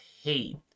hate